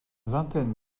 vingtaine